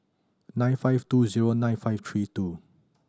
nine five two zero nine five three two